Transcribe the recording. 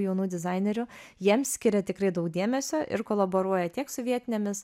jaunų dizainerių jiems skiria tikrai daug dėmesio ir kolaboruoja tiek su vietinėmis